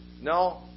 No